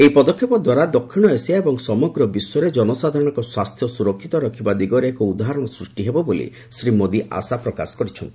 ଏହି ପଦକ୍ଷେପ ଦ୍ୱାରା ଦକ୍ଷିଣ ଏସିଆ ଏବଂ ସମଗ୍ର ବିଶ୍ୱରେ ଜନସାଧାରଣଙ୍କ ସ୍ୱାସ୍ଥ୍ୟ ସୁରକ୍ଷିତ ରଖିବା ଦିଗରେ ଏକ ଉଦାହରଣ ସୃଷ୍ଟି ହେବ ବୋଲି ଶ୍ରୀ ମୋଦି ଆଶା ପ୍ରକାଶ କରିଛନ୍ତି